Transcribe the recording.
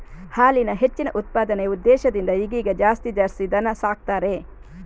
ಹಾಲಿನ ಹೆಚ್ಚಿನ ಉತ್ಪಾದನೆಯ ಉದ್ದೇಶದಿಂದ ಈಗೀಗ ಜಾಸ್ತಿ ಜರ್ಸಿ ದನ ಸಾಕ್ತಾರೆ